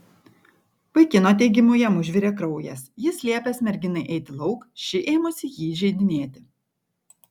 vaikino teigimu jam užvirė kraujas jis liepęs merginai eiti lauk ši ėmusi jį įžeidinėti